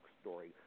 story